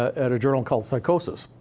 at a journal called psychosis,